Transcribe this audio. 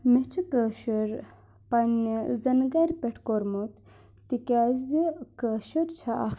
مےٚ چھِ کٲشُر پنٛنہِ زَیٚنٕہ گَرِ پؠٹھ کوٚرمُت تِکیازِ کٲشُر چھےٚ اکھ